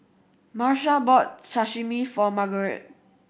Marsha bought Sashimi for Margarete